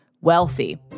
wealthy